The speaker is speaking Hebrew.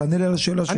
תענה לי על השאלה שלי.